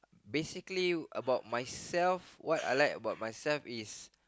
basically about myself what I like about myself is